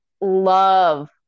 love